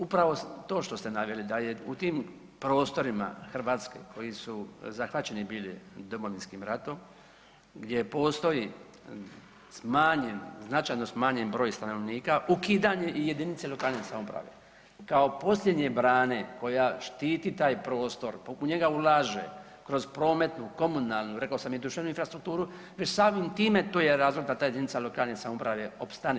Upravo to što ste naveli da je u tim prostorima Hrvatske koji su zahvaćeni bili Domovinskim ratom, gdje postoji značajno smanjen broj stanovnika ukidanje i jedinice lokalne samouprave, kao posljednje brane koja štiti taj prostor, u njega ulaže kroz prometnu, komunalnu rekao sam i društvenu infrastrukturu već samim time to je razlog da ta jedinica lokalne samouprave opstane.